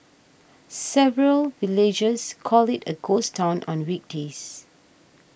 several villagers call it a ghost town on weekdays